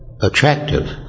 attractive